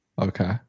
Okay